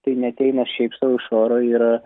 tai neateina šiaip sau iš oro yra